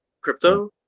crypto